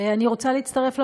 אני רוצה להצטרף לברכות,